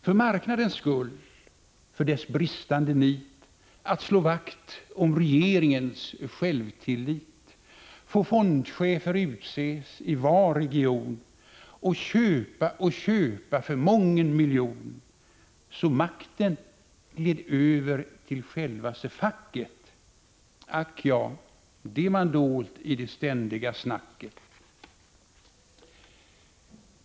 För marknadens skull, för dess bristande nit att slå vakt om regeringens självtillit och köpa och köpa för mången miljon så makten gled över till självaste facket. Ack ja, det man dolt i ständiga snacket!